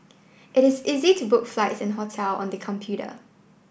it is easy to book flight and hotel on the computer